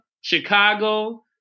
Chicago